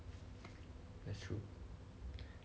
that's true